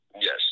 yes